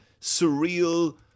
surreal